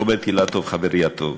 רוברט אילטוב, חברי הטוב.